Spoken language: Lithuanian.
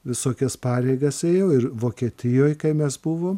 visokias pareigas ėjo ir vokietijoj kai mes buvom